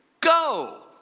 Go